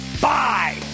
buy